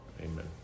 Amen